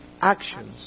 actions